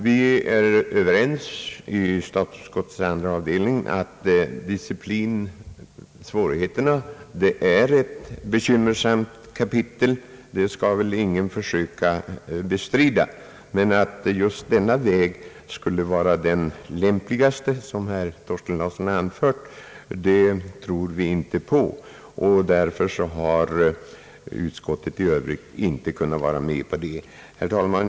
Vi är inom statsutskottets andra avdelning överens om att disciplinsvårigheterna är ett bekymmersamt kapitel. Men att just denna väg som herr Thorsten Larsson rekommenderar skulle vara den lämpligaste tror vi inte på, och därför har utskottet i Övrigt inte kunnat vara med på förslaget. Herr talman!